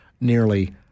nearly